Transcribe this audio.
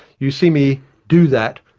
you see me do that,